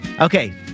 Okay